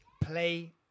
Play